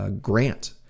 grant